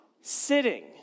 Sitting